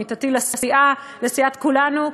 עמיתתי לסיעת כולנו,